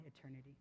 eternity